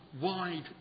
wide